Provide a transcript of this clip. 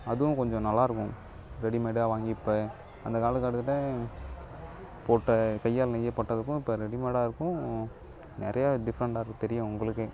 அதுவும் கொஞ்சம் நல்லாயிருக்கும் ரெடிமேடாக வாங்கிட் பே அந்த காலகட்டத்தில் போட்ட கையால் நெய்யப்படத்துக்கும் இப்போ ரெடிமேடாக இருக்கும் நிறையா டிஃப்ரெண்டாக இருக்கு தெரியும் உங்களுக்கே